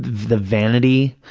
the vanity,